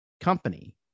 company